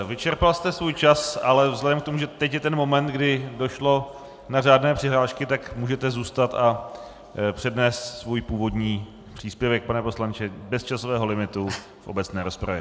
Vyčerpal jste svůj čas, ale vzhledem k tomu, že teď je ten moment, kdy došlo na řádné přihlášky, tak můžete zůstat a přednést svůj původní příspěvek, pane poslanče, bez časového limitu v obecné rozpravě.